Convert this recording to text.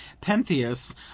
pentheus